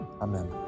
Amen